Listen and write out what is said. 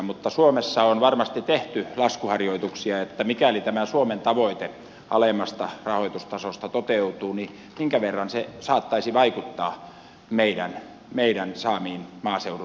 mutta suomessa on varmasti tehty laskuharjoituksia joten mikäli tämä suomen tavoite alemmasta rahoitustasosta toteutuu minkä verran se saattaisi vaikuttaa meidän saamiimme maaseudun tukiin